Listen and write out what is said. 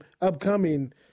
upcoming